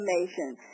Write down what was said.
information